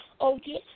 Okay